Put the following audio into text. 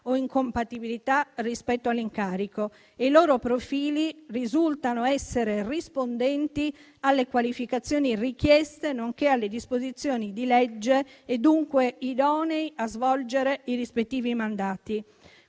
incompatibilità rispetto all'incarico e i loro profili risultano essere rispondenti alle qualificazioni richieste, nonché alle disposizioni di legge e dunque idonei a svolgere i rispettivi mandati.